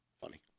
Funny